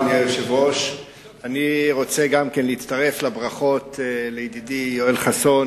גם אני רוצה להצטרף לברכות לידידי יואל חסון